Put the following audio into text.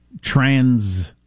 trans